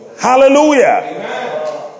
Hallelujah